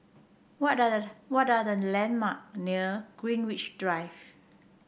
what are the what are the landmark near Greenwich Drive